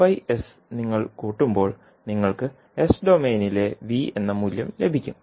v s നിങ്ങൾ കൂട്ടുമ്പോൾ നിങ്ങൾക്ക് എസ് ഡൊമെയ്നിലെ v എന്ന മൂല്യം ലഭിക്കും